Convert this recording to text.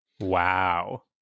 Wow